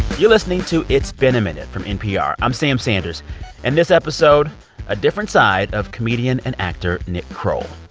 you're listening to it's been a minute from npr. i'm sam sanders and this episode a different side of comedian and actor nick kroll.